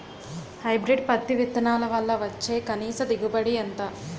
Hybrid పత్తి విత్తనాలు వల్ల వచ్చే కనీస దిగుబడి ఎంత?